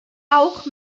auch